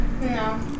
No